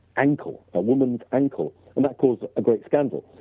ankle, a woman's ankle and that caused a great scandal.